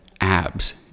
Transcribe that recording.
abs